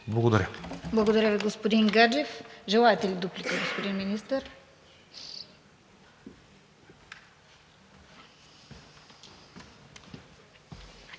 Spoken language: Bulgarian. Благодаря Ви, господин Гаджев. Желаете ли дуплика, господин Министър?